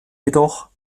jedoch